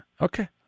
Okay